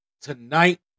tonight